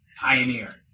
Pioneer